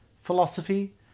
philosophy